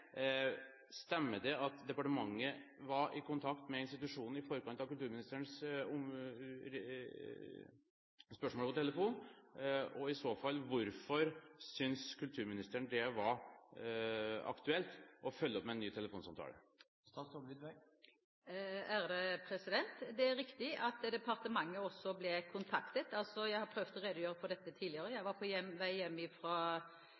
Stemmer det at departementet var i kontakt med institusjonen i forkant av kulturministerens spørsmål over telefon, og i så fall, hvorfor synes kulturministeren det var aktuelt å følge opp med en ny telefonsamtale? Det er riktig at departementet også ble kontaktet. Jeg har prøvd å redegjøre for dette tidligere. Jeg var på vei hjem fra Sotsji-OL, og i bilen på veien innover får jeg